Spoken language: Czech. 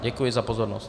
Děkuji za pozornost.